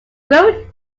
growing